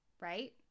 right